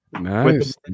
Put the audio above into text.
nice